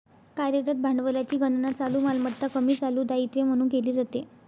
कार्यरत भांडवलाची गणना चालू मालमत्ता कमी चालू दायित्वे म्हणून केली जाते